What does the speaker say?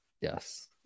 Yes